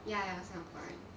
ya ya singaporean